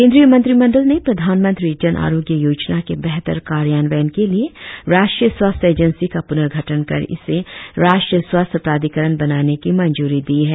केंद्रीय मंत्रिमंडल ने प्रधानमंत्री जन आरोग्य योजना के बेहतर कार्यान्वयन के लिए राष्ट्रीय स्वास्थ्य एजेंसी का प्नर्गठन कर इसे राष्ट्रीय स्वास्थ्य प्राधिकरण बनाने की मंजूरी दी है